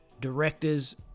directors